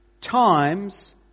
times